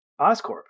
Oscorp